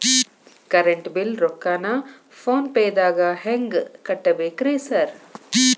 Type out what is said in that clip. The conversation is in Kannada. ಕರೆಂಟ್ ಬಿಲ್ ರೊಕ್ಕಾನ ಫೋನ್ ಪೇದಾಗ ಹೆಂಗ್ ಕಟ್ಟಬೇಕ್ರಿ ಸರ್?